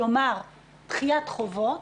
כלומר, דחיית חובות.